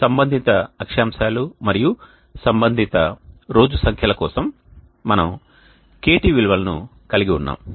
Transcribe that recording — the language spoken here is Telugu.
సంబంధిత అక్షాంశాలు మరియు సంబంధిత రోజు సంఖ్యల కోసం మనము kt విలువలను కలిగి ఉన్నాము